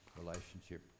relationship